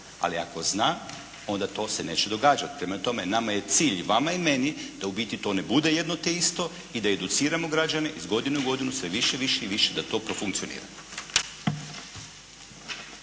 Ali ako zna, onda to se neće događati. Prema tome, nama je cilj i vama i meni da u biti to ne bude jedno te isto i da educiramo građane iz godine u godinu sve više i više da to profunkcionira.